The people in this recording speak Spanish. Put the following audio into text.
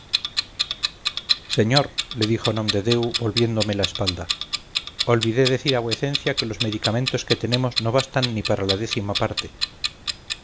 señor le dijo nomdedeu volviéndome la espalda olvidé decir a vuecencia que los medicamentos que tenemos no bastan ni para la décima parte